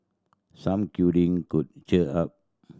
some cuddling could cheer her up